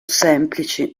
semplici